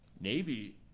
Navy